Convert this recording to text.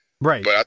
Right